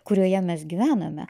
kurioje mes gyvename